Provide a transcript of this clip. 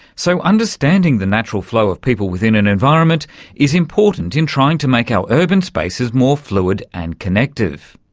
so understanding the natural flow of people within an environment is important in trying to make our urban spaces more fluid and connective.